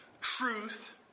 truth